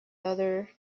other